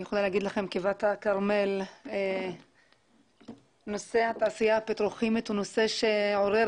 אני יכולה לומר לכם כבת הכרמל שנושא התעשייה הפטרוכימית הוא נושא שעורר